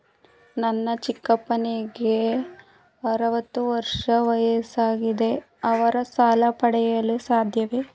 ನನ್ನ ಚಿಕ್ಕಪ್ಪನಿಗೆ ಅರವತ್ತು ವರ್ಷ ವಯಸ್ಸಾಗಿದೆ ಅವರು ಸಾಲ ಪಡೆಯಲು ಸಾಧ್ಯವೇ?